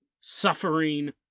suffering